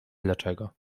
dlaczego